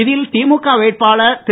இதில் திமுக வேட்பாளர் திரு